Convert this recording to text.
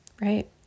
right